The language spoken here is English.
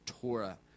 Torah